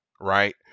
right